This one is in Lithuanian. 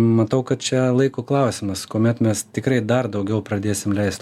matau kad čia laiko klausimas kuomet mes tikrai dar daugiau pradėsim leist